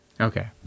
Okay